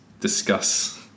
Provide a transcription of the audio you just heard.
discuss